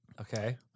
okay